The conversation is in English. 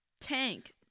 tank